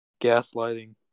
gaslighting